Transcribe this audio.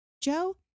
Joe